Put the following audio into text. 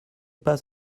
pas